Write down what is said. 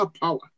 Power